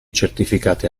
certificati